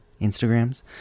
Instagrams